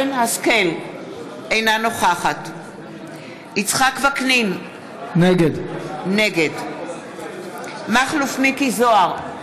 אינה נוכחת יצחק וקנין, נגד מכלוף מיקי זוהר,